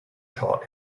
taught